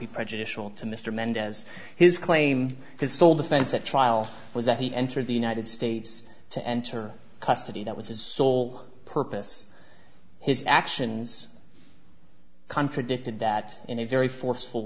be prejudicial to mr mendez his claim his sole defense at trial was that he entered the united states to enter custody that was his sole purpose his actions contradicted that in a very forceful